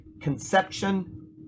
conception